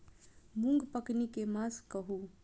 मूँग पकनी के मास कहू?